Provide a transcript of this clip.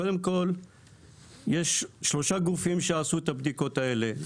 קודם כל יש שלושה גופים שעשו את הבדיקות האלה,